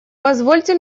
позвольте